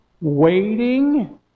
waiting